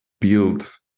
build